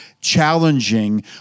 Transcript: challenging